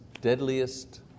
deadliest